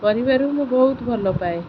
ପରିବାରୁ ମୁଁ ବହୁତ ଭଲ ପାଏ